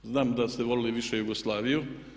Znam da ste voljeli više Jugoslaviju.